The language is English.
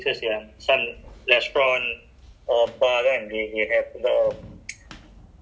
so I think recently there's a news ah then they like to inter change like I think they